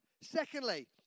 Secondly